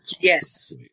Yes